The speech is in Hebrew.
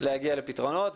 להגיע לפתרונות,